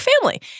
family